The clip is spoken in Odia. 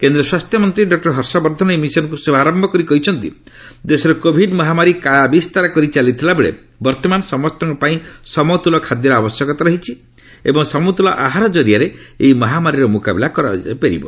କେନ୍ଦ୍ର ସ୍ୱାସ୍ଥ୍ୟ ମନ୍ତ୍ରୀ ଡକୁର ହର୍ଷବର୍ଦ୍ଧନ ଏହି ମିଶନ୍କୁ ଶୁଭାରମ୍ଭ କରି କହିଛନ୍ତି ଦେଶରେ କୋଭିଡ୍ ମହାମାରୀ କାୟା ବିସ୍ତାର କରି ଚାଲିଥିବା ବେଳେ ବର୍ତ୍ତମାନ ସମସ୍ତଙ୍କ ପାଇଁ ସମତୁଲ ଖାଦ୍ୟର ଆବଶ୍ୟକତା ରହିଛି ଏବଂ ସମତୁଲ ଆହର ଜରିଆରେ ଏହି ମହାମାରୀର ମୁକାବିଲା ସହଜ ହୋଇପାରିବ